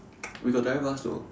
we got direct bus though